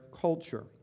culture